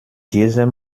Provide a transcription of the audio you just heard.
diesem